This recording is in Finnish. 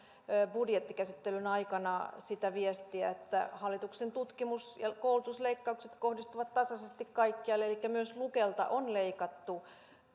budjettikäsittelyn aikana sitä viestiä että hallituksen tutkimus ja koulutusleikkaukset kohdistuvat tasaisesti kaikkialle elikkä myös lukelta on leikattu